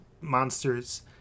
monsters